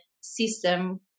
system